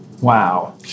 Wow